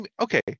okay